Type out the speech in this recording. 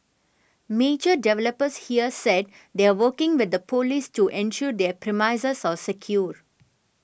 major developers here said they are working with the police to ensure their premises are secure